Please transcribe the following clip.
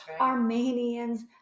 Armenians